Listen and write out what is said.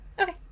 Okay